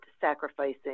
sacrificing